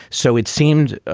so it seemed ah